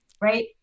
right